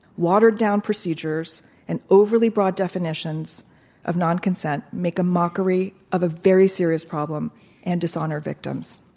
watered-down procedures and overly broad definitions of non-consent make a mockery of a very serious problem and dishonor victims.